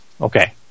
Okay